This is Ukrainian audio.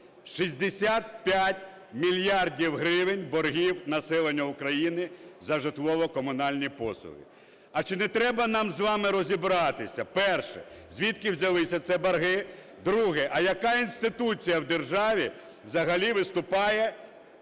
65 мільярдів гривень боргів населення України за житлово-комунальні послуги. А чи не треба нам з вами розібратися, перше – звідки взялися ці борги, друге – а яка інституція в державі взагалі виступає